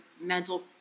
mental